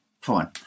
Fine